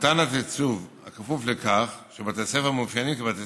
מתן התקצוב כפוף לכך שבתי הספר מאופיינים כבתי